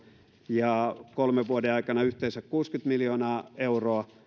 ja kolmen vuoden aikana yhteensä kuusikymmentä miljoonaa euroa